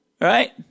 Right